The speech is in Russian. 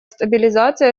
стабилизации